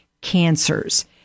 cancers